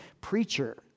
preacher